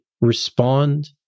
respond